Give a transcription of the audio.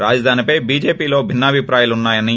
రాజధానిపై బీజేపీలో భిన్నాభిప్రాయాలున్నాయని